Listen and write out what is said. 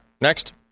next